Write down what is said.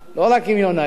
לא רק עם יונה יהב,